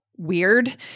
weird